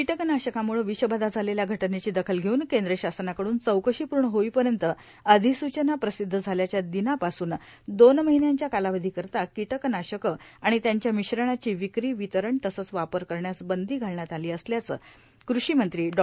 कीटकनाशकाम्ळे विषबाधा झालेल्या घटनेची दखल घेऊन केंद्र शासनाकडून चौकशी पूर्ण होईपर्यंत अधिसूचना प्रसिद्ध झाल्याच्या दिनांकापासून दोन महिन्यांच्या कालावधीकरिता कीटकनाशकं आणि त्यांच्या मिश्रणाची विक्रीए वितरण आणि वापर करण्यास बंदी घालण्यात आली असल्याचं कृषिमंत्री डॉ